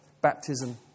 baptism